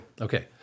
Okay